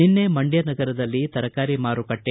ನಿನ್ನೆ ಮಂಡ್ಕ ನಗರದಲ್ಲಿ ತರಕಾರಿ ಮಾರುಕಟ್ಟೆ